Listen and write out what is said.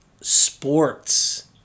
sports